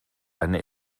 eine